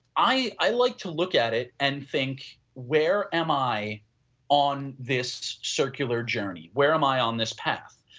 i i like to look at it and think where am i on this circular journey, where am i on this path.